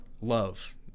love